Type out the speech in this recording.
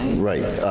right,